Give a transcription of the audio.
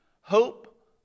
hope